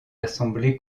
assemblées